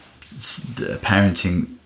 parenting